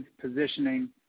positioning